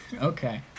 Okay